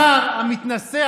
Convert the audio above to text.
השר המתנשא,